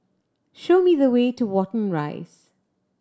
show me the way to Watten Rise